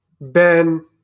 Ben